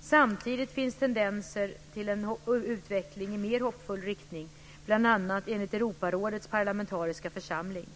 Samtidigt finns tendenser till en utveckling i mer hoppfull riktning, bl.a. enligt Europarådets parlamentariska församling.